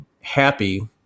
happy